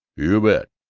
you bet.